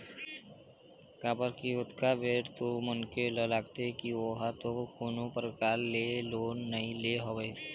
काबर की ओतका बेर तो मनखे ल लगथे की ओहा तो कोनो परकार ले लोन नइ ले हवय